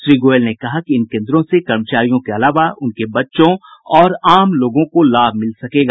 श्री गोयल ने कहा कि इन केंद्रों से कर्मचारियों के अलावा उनके बच्चों और आम लोगों को लाभ मिल सकेगा